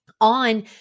on